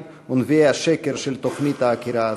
ונביאי השקר של תוכנית העקירה הזאת.